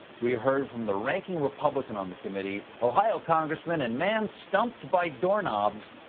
we heard from the ranking republican on the committee, ohio congressman and man stumped by doorknobs,